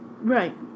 Right